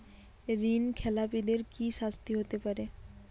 ঋণ খেলাপিদের কি শাস্তি হতে পারে?